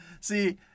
see